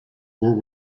were